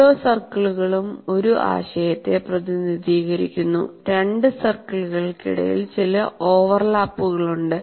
ഓരോ സർക്കിളും ഒരു ആശയത്തെ പ്രതിനിധീകരിക്കുന്നു രണ്ട് സർക്കിളുകൾക്കിടയിൽ ചില ഓവർലാപ്പുകളുണ്ട്